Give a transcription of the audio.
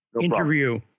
interview